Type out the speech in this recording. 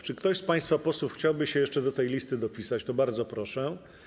Jeżeli ktoś z państwa posłów chciałby się jeszcze do tej listy dopisać, to bardzo proszę.